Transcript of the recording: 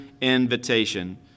invitation